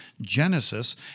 Genesis